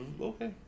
Okay